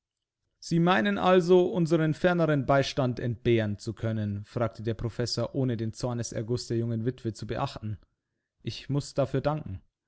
sie meinen also umseren ferneren beistand entbehren zu können fragte der professor ohne den zorneserguß der jungen witwe zu beachten ich muß dafür danken